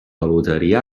loteria